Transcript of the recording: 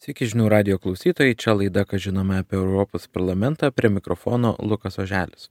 sveiki žinių radijo klausytojai čia laida ką žinome apie europos parlamentą prie mikrofono lukas oželis